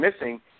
missing